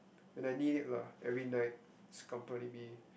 when I need it lah every night accompany me